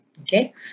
Okay